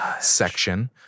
section